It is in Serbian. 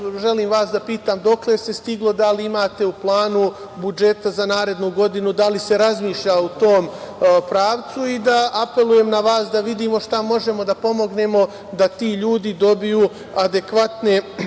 želim vas da pitam dokle se stiglo? Da li imate u planu budžeta za narednu godinu, da li se razmišlja u tom pravcu? I da apelujem na vas da vidimo šta možemo da pomognemo da ti ljudi dobiju adekvatne